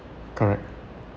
correct